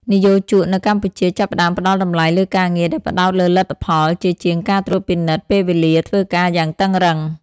និយោជកនៅកម្ពុជាចាប់ផ្តើមផ្តល់តម្លៃលើការងារដែលផ្ដោតលើលទ្ធផល ជាជាងការត្រួតពិនិត្យពេលវេលាធ្វើការយ៉ាងតឹងរ៉ឹង។